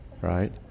right